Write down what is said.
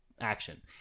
action